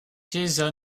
jason